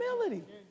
Humility